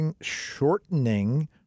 shortening